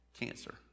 cancer